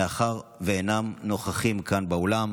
מאחר שאינם נוכחים כאן באולם.